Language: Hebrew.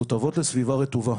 תותבות לסביבה רטובה